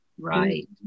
right